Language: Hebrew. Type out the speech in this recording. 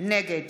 נגד